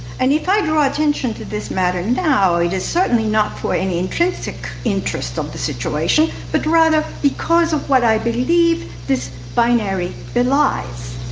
and if i draw attention to this matter now, it is certainly not for any intrinsic interest of the situation but rather because of what i believe this binary belies,